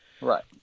right